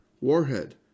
Warhead